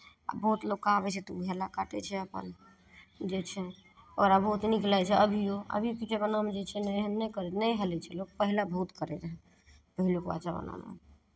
बहुत लोककेँ आबै छै तऽ ओ हेलय काटै छै अपन जे छै आओर अबहोसँ नीक लगै छै अभियो अभीके जमानामे जे छै ने एहन नहि करी नहि हेलै छै लोक पहिले बहुत करैत रहै पहिलुका जमानामे